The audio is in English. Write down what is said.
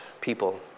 people